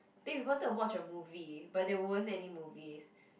think we wanted to watch a movie but there weren't any movies